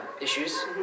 issues